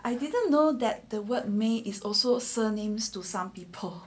I didn't know that the word may is also surnames to some people